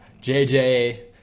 JJ